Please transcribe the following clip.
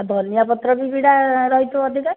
ଆଉ ଧନିଆ ପତ୍ର ବି ବିଡ଼ା ରହିଥିବ ଅଧିକା